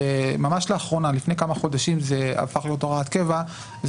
וממש לאחרונה לפני כמה חודשים זה הפך להיות הוראת קבע,